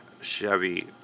Chevy